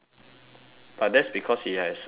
but that's because he has uh money